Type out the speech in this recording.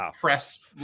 press